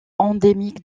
endémique